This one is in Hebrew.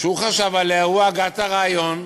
שהוא חשב עליה, הוא הגה את הרעיון,